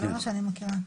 אלכס,